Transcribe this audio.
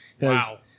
Wow